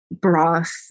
broth